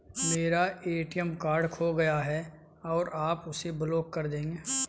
मेरा ATM card खो गया है क्या आप उसे ब्लॉक कर देंगे?